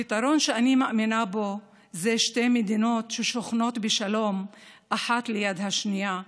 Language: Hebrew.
הפתרון שאני מאמינה בו הוא שתי מדינות ששוכנות בשלום אחת ליד השנייה,